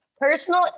personal